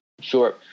Sure